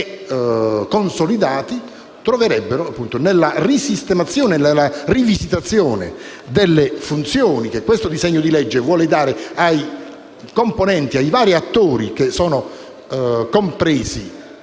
consolidati, troverebbero davvero una speranza nella risistemazione e nella rivisitazione delle funzioni che questo disegno di legge vuole dare ai vari attori che sono compresi